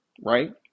Right